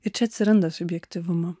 ir čia atsiranda subjektyvumo